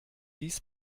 dies